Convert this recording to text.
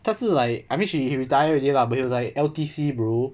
他是 like I mean she he retire already lah but he was like L_T_C bro